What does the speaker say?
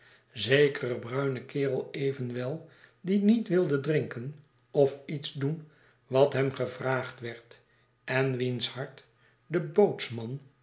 zekere bruine kerel evenwel die niet wilde drinken of iets doen wat hem gevraagd werd en wiens hart de bootsman